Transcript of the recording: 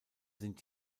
sind